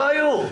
לא היו.